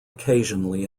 occasionally